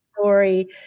story